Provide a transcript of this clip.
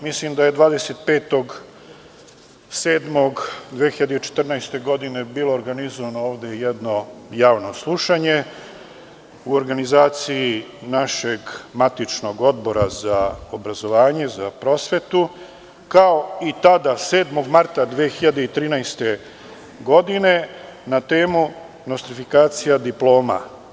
Mislim da je 25. jula 2014. godine bilo organizovano ovde jedno javno slušanje u organizaciji našeg matičnog Odbora za obrazovanje, za prosvetu, kao i tada, 7. marta 2013. godine, na temu „Nostrifikacija diploma“